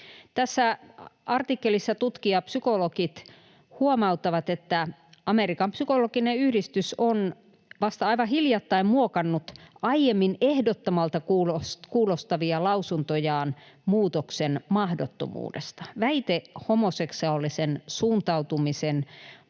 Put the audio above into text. Tässä artikkelissa tutkija-psykologit huomauttavat, että Amerikan psykologinen yhdistys on vasta aivan hiljattain muokannut aiemmin ehdottomalta kuulostavia lausuntojaan muutoksen mahdottomuudesta. Väite homoseksuaalisen suuntautumisen